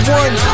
one